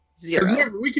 Zero